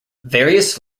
various